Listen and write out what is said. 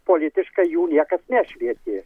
politiškai jų niekas nešvietė